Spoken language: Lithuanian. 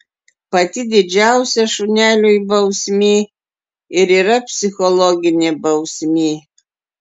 pati didžiausia šuneliui bausmė ir yra psichologinė bausmė